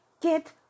get